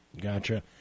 Gotcha